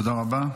תודה רבה.